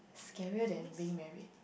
scarier than being married